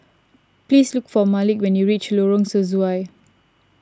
please look for Malik when you reach Lorong Sesuai